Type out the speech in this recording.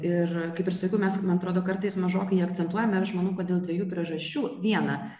ir kaip ir sakiau mes man atrodo kartais mažokai akcentuojame ir aš manau kodėl dviejų priežasčių viena